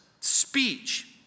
Speech